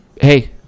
hey